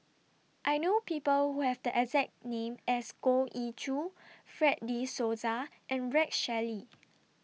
I know People Who Have The exact name as Goh Ee Choo Fred De Souza and Rex Shelley